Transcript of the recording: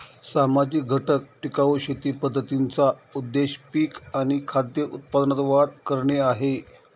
सामाजिक घटक टिकाऊ शेती पद्धतींचा उद्देश पिक आणि खाद्य उत्पादनात वाढ करणे आहे